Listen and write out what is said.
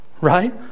right